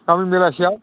गाबोन बेलासियाव